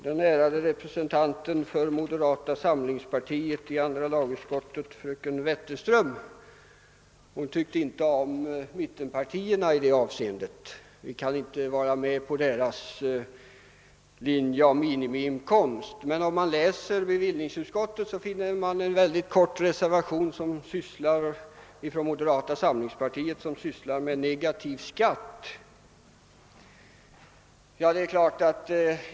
Den ärade representanten för moderata samlingspartiet i andra lagutskottet, fröken Wetterström, tyckte inte om mittenpartiernas förslag om minimiinkomst. Men i bevillningsutskottets betänkande finns en mycket kort reservation från moderata samlingspartiet i vilken man föreslår negativ skatt.